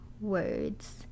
words